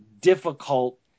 difficult